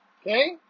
okay